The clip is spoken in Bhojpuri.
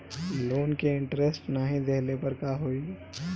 लोन के इन्टरेस्ट नाही देहले पर का होई?